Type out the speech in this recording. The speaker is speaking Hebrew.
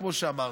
כמו שאמרתי,